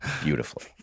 beautifully